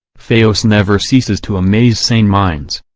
fayose never ceases to amaze sane minds.